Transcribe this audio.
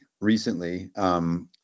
recently